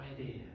idea